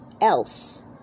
else